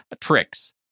tricks